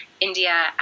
India